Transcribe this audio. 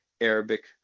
Arabic